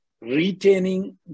retaining